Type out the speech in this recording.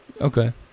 Okay